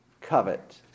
covet